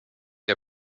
der